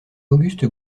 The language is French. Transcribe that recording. auguste